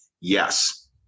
Yes